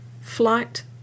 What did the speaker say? flight